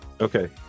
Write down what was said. Okay